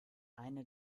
eine